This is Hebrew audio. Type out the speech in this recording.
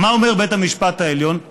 מה אומר בית המשפט העליון?